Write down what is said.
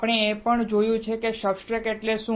આપણે એ પણ જોયું છે કે સબસ્ટ્રેટ એટલે શું